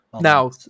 Now